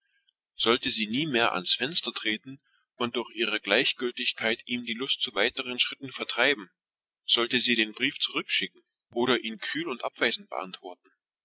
sollte sie in zukunft nicht mehr an jenem fenster sitzen und durch solch eine nichtachtung dem jungen offizier die lust am weiteren vorgehen nehmen oder ihm den brief zurückschicken oder kühl und entschieden antworten